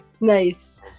nice